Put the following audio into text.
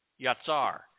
yatsar